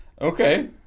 Okay